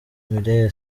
miley